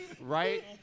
right